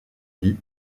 lit